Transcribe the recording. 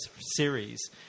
series